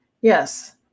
Yes